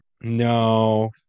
no